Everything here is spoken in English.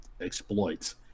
exploits